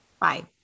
Bye